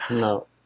no